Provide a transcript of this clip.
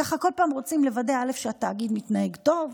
ככה כל פעם רוצים לוודא שהתאגיד מתנהג טוב,